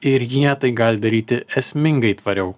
ir jie tai gali daryti esmingai tvariau